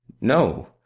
No